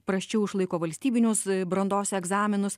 prasčiau išlaiko valstybinius brandos egzaminus